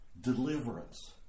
deliverance